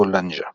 בעל טור בעיתון.